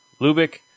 Lubick